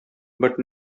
but